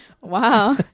Wow